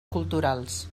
culturals